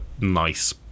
nice